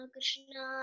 Krishna